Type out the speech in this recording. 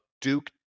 Duke